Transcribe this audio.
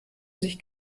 sich